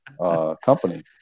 company